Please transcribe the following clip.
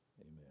Amen